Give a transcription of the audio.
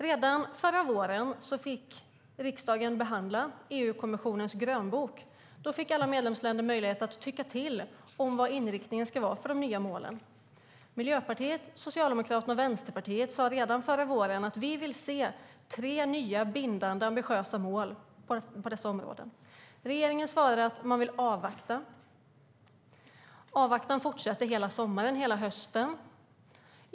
Redan förra våren fick riksdagen behandla EU-kommissionens grönbok. Då fick alla medlemsländer möjlighet att tycka till om vad inriktningen skulle vara för de nya målen. Miljöpartiet, Socialdemokraterna och Vänsterpartiet sade redan förra våren att vi vill se tre nya bindande, ambitiösa mål på dessa områden. Regeringen svarade att man vill avvakta. Avvaktan fortsatte hela sommaren och hela hösten.